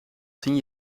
tien